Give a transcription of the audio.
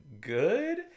good